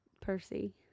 Percy